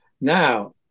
Now